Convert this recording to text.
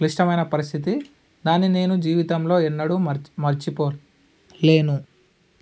క్లిష్టమైన పరిస్థితి దాన్ని నేను జీవితంలో ఎన్నడు మర్చి మరచిపోలేను